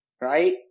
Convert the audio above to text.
right